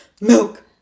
Milk